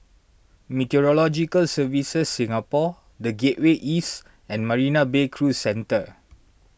Meteorological Services Singapore the Gateway East and Marina Bay Cruise Centre